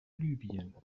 libyen